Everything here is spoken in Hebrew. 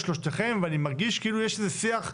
שלושתכם ואני מרגיש כאילו יש איזה שיח,